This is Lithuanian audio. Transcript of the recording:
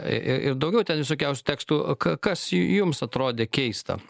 i ir daugiau ten visokiausių tekstų ka kas jums atrodė keista